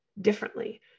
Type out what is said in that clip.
differently